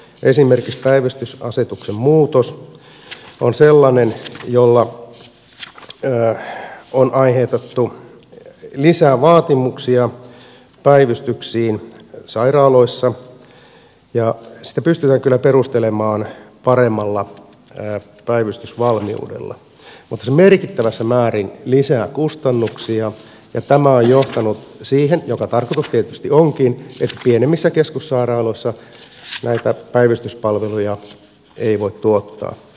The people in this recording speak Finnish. esimerkiksi päivystysasetuksen muutos on sellainen asia jolla on aiheutettu lisää vaatimuksia päivystyksiin sairaaloissa ja sitä pystytään kyllä perustelemaan paremmalla päivystysvalmiudella mutta se merkittävässä määrin lisää kustannuksia ja tämä on johtanut siihen mikä tarkoitus tietysti onkin että pienemmissä keskussairaaloissa näitä päivystyspalveluja ei voi tuottaa